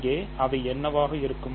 இங்கே அவை என்னவாக இருக்கும்